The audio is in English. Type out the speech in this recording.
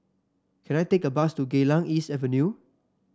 can I take a bus to Geylang East Avenue